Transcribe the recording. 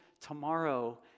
tomorrow